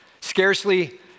Scarcely